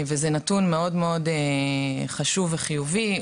זה נתון חשוב מאוד וחיובי.